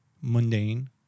mundane